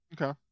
Okay